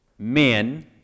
men